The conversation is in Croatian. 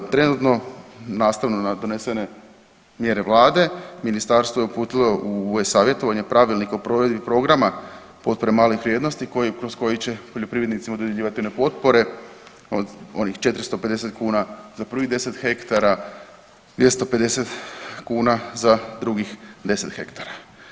Trenutno nastavno na iznesene mjere vlade ministarstvo je uputilo u e-savjetovanje Pravilnik o provedbi programa potpore malih vrijednosti koji, kroz koji će poljoprivrednicima dodjeljivati one potpore od onih 450 kuna za prvih 10 hektara, 250 kuna za drugih 10 hektara.